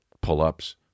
pull-ups